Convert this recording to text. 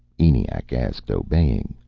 eniac asked, obeying.